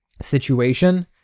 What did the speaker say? situation